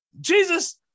Jesus